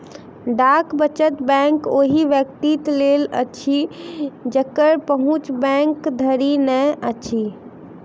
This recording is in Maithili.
डाक वचत बैंक ओहि व्यक्तिक लेल अछि जकर पहुँच बैंक धरि नै अछि